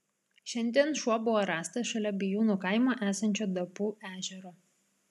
šiandien šuo buvo rastas šalia bijūnų kaimo esančio dapų ežero